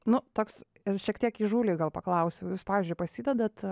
nu toks ir šiek tiek įžūliai gal paklausiu jūs pavyzdžiui pasidedat